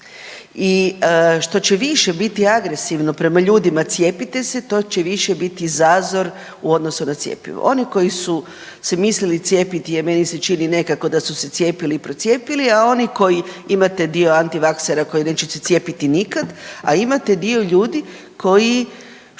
i što će više biti agresivno prema ljudima cijepite se, to će više biti zazor u odnosu na cjepivo. Oni koji su se mislili cijepiti je, meni se čini, nekako da su se cijepili i procijepili, a oni koji, imate dio antivaksera koji neće se cijepiti nikad, a imate dio ljudi koji,